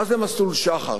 מה זה מסלול שח"ר,